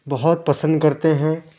بہت پسند کرتے ہیں